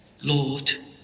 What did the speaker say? Lord